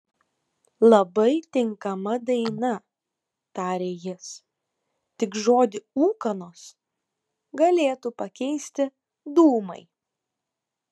labai tinkama daina tarė jis tik žodį ūkanos galėtų pakeisti dūmai